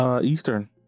Eastern